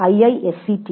iisctagmail